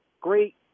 great